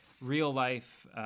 real-life